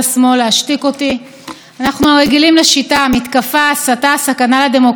ועובדה שעמדו כאן שלוש חברות כנסת וחזרו על אותו שקר אחת אחרי השנייה.